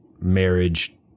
marriage